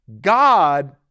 God